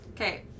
Okay